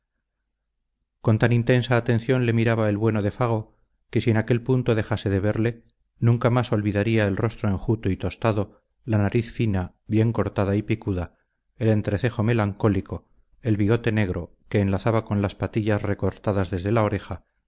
con tan intensa atención le miraba el bueno de fago que si en aquel punto dejase de verle nunca más olvidaría el rostro enjuto y tostado la nariz fina bien cortada y picuda el entrecejo melancólico el bigote negro que enlazaba con las patillitas recortadas desde la oreja